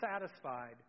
satisfied